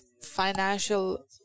financial